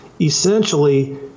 essentially